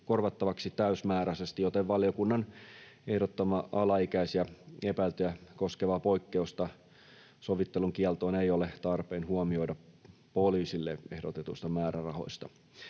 korvattavaksi täysimääräisesti, joten valiokunnan ehdottamaa alaikäisiä epäiltyjä koskevaa poikkeusta sovittelun kieltoon ei ole tarpeen huomioida poliisille ehdotetuista määrärahoista.